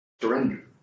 surrender